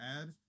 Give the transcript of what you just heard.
add